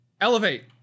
Elevate